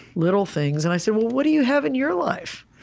little things? and i said, well, what do you have in your life?